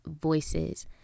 voices